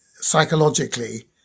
psychologically